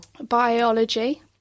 Biology